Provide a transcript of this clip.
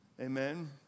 amen